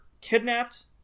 kidnapped